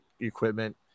equipment